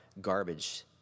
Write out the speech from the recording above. garbage